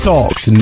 Talks